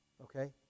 Okay